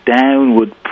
downward